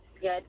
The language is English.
Good